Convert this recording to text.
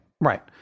right